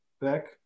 back